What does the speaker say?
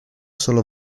solo